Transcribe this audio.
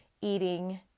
eating